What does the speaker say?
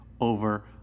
over